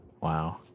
wow